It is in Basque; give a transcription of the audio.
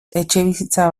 etxebizitza